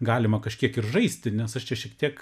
galima kažkiek ir žaisti nes aš čia šiek tiek